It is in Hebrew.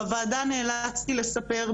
בוועדה נאלצתי לספר,